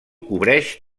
cobreix